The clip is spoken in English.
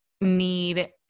need